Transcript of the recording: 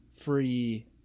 free